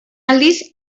aldiz